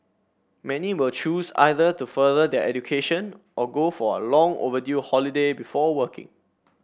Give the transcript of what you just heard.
many will choose either to further their education or go for a long overdue holiday before working